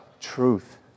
truth